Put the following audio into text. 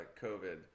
COVID